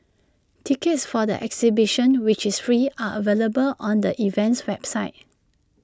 tickets for the exhibition which is free are available on the event's website